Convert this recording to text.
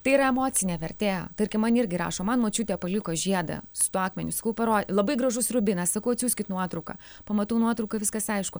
tai yra emocinė vertė tarkim man irgi rašo man močiutė paliko žiedą su tuo akmeniu sakau paro labai gražus rubinas sakau atsiųskit nuotrauką pamatų nuotrauką viskas aišku